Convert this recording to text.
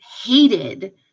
hated